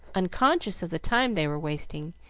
unconscious of the time they were wasting,